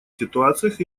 ситуациях